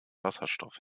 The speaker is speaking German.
wasserstoff